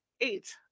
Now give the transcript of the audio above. eight